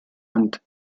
hand